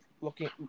looking